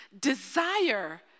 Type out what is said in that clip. Desire